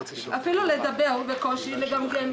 שאפילו בקושי לא יכולים לדבר,